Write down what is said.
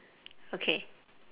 okay